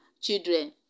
children